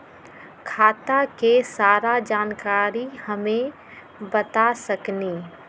खाता के सारा जानकारी हमे बता सकेनी?